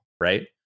right